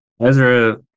Ezra